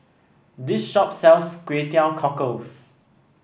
this shop sells Kway Teow Cockles